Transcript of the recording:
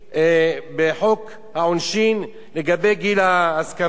בחוק העונשין, לגבי גיל ההסכמה.